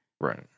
Right